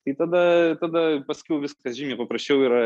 tai tada tada paskiau viskas žymiai paprasčiau yra